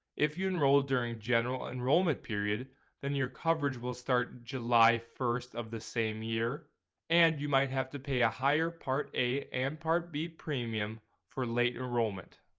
if you enroll during general enrollment period then your coverage will start july first of the same year and you might have to pay a higher part a and part b premium for late enrollment.